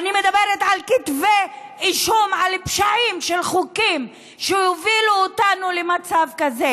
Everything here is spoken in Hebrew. אני מדברת על כתבי אישום על פשעים של חוקים שהובילו אותנו למצב כזה: